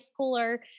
schooler